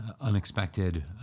unexpected